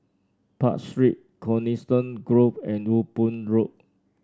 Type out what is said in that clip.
Park Street Coniston Grove and Ewe Boon Road